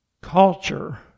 culture